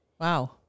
Wow